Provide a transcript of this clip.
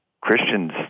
Christians